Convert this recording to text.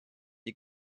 die